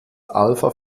alpha